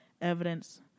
evidence